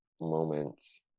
moments